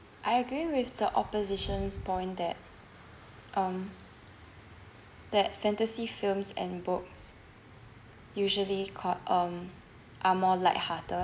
I agree with the opposition's point that um that fantasy films and books usually con~ um are more lighthearted